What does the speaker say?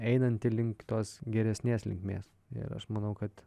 einanti link tos geresnės linkmės ir aš manau kad